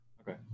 Okay